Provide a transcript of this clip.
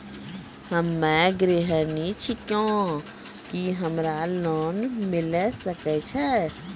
हम्मे गृहिणी छिकौं, की हमरा लोन मिले सकय छै?